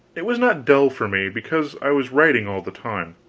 it was not dull for me, because i was writing all the time.